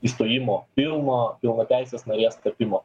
įstojimo pilno pilnateisės narės tapimo